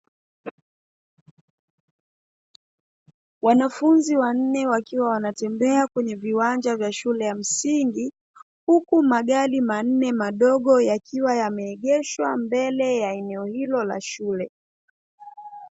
Wanafunzi wanne wakiwa wanatembea kwenye viwanja vya shule ya msingi, huku magari manne madogo yakiwa yameegeshwa mbele ya eneo hilo la shule.